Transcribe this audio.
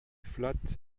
flat